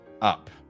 up